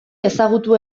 ezagutu